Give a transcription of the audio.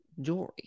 jewelry